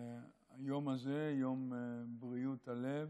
היום הזה, יום בריאות הלב,